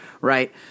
right